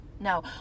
No